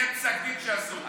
יהיה פסק דין שאסור.